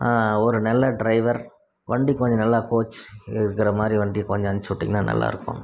ஒரு நல்ல ட்ரைவர் வண்டி கொஞ்சம் நல்லா கோச் இருக்கிற மாதிரி வண்டி கொஞ்சம் அனுப்பிச்சி விட்டிங்ன்னா நல்லாயிருக்கும்